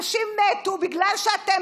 אנשים מתו בגלל שאתם,